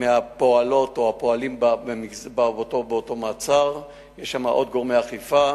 מהפועלים באותו מעצר, יש שם עוד גורמי אכיפה.